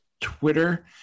Twitter